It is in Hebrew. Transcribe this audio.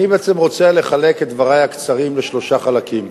אני בעצם רוצה לחלק את דברי הקצרים לשלושה חלקים: